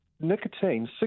nicotine